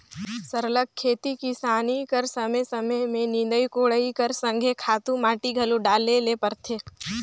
सरलग खेती किसानी कर समे समे में निंदई कोड़ई कर संघे खातू माटी घलो डाले ले परथे